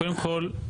קודם כל,